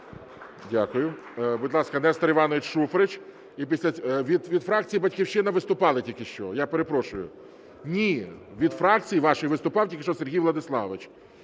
Дякую. Будь ласка, Нестор Іванович Шуфрич. Від фракції "Батьківщина" виступали тільки що, я перепрошую. Ні! Від фракції вашої виступав тільки що Сергій Владиславович.